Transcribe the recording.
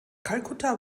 kalkutta